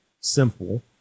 simple